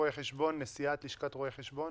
נשיאת לשכת רואי חשבון.